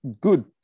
good